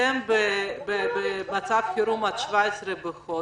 אתם במצב חירום עד 17 בחודש.